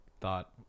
thought